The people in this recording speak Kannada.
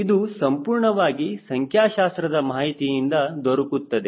ಇದು ಸಂಪೂರ್ಣವಾಗಿ ಸಂಖ್ಯಾಶಾಸ್ತ್ರದ ಮಾಹಿತಿಯಿಂದ ದೊರಕುತ್ತದೆ